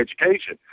education